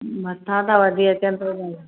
मथां था वधी अचनि